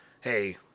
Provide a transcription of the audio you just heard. hey